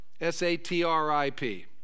s-a-t-r-i-p